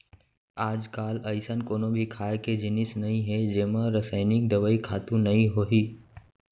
आजकाल अइसन कोनो भी खाए के जिनिस नइ हे जेमा रसइनिक दवई, खातू नइ होही